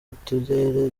utere